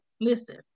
Listen